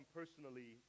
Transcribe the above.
personally